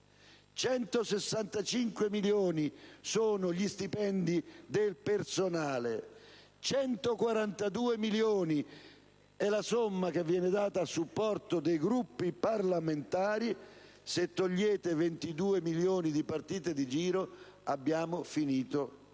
165 milioni sono gli stipendi del personale, 142 milioni è la somma che viene data a supporto dei Gruppi parlamentari; se togliete 22 milioni di partite di giro, abbiamo finito